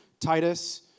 Titus